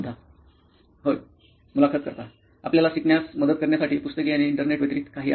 मुलाखतदार होय मुलाखत कर्ताआपल्याला शिकण्यास मदत करण्यासाठी पुस्तके आणि इंटरनेट व्यतिरिक्त काही आहे का